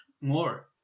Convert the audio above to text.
more